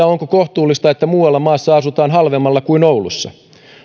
onko kohtuullista että muualla maassa asutaan halvemmalla kuin oulussa